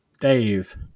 Dave